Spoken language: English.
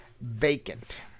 vacant